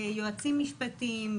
יועצים משפטיים,